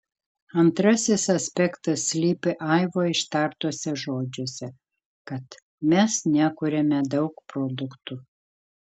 antrasis aspektas slypi aivo ištartuose žodžiuose kad mes nekuriame daug produktų